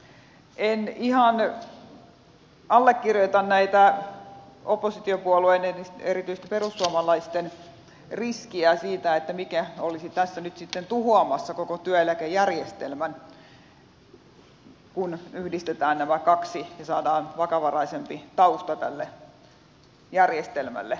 en ihan allekirjoita oppositiopuolueiden erityisesti perussuomalaisten kuvaamaa riskiä siitä mikä olisi tässä nyt sitten tuhoamassa koko työeläkejärjestelmän kun yhdistetään nämä kaksi ja saadaan vakavaraisempi tausta tälle järjestelmälle